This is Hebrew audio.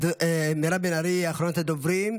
מירב בן ארי היא אחרונת הדוברים.